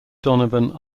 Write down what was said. donovan